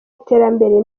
iterambere